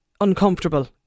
uncomfortable